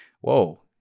Whoa